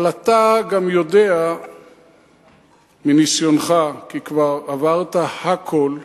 אבל אתה גם יודע מניסיונך, כי כבר עברת הכול,